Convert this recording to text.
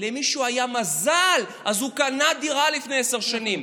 למישהו היה מזל, אז הוא קנה דירה לפני עשר שנים,